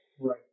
Right